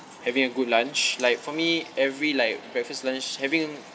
having a good lunch like for me every like breakfast lunch having